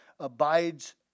abides